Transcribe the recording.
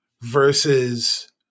versus